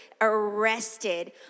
arrested